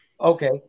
Okay